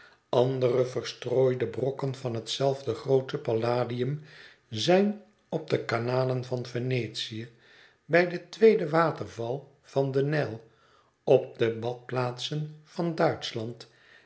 andere verstrooide brokken van hetzelfde groote palladium zijn op de kanalen van venetië bij den tweeden waterval van den nijl op de badplaatsen van duitschland